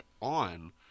on